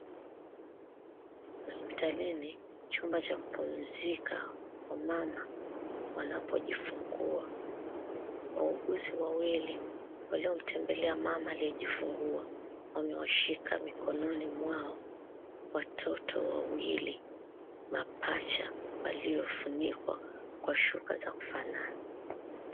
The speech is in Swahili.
Hospitalini, chumba cha kupumzika wamama wanapojifungua. Wauguzi wawili, waliomtembelea mama aliyejifungua, wamewashika mikononi mwao watoto wawili mapacha waliofunikwa kwa suka za kufanana.